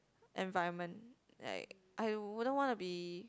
environment like I wouldn't wanna be